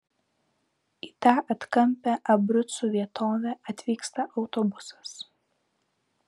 į tą atkampią abrucų vietovę atvyksta autobusas